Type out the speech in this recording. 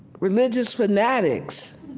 religious fanatics.